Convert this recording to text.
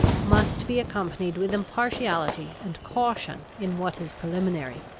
must be accompanied with impartiality and caution in what is preliminary.